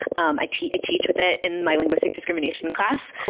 um i teach teach with it in my linguistic discrimination class,